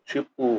Tipo